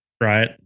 Right